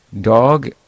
Dog